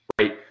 right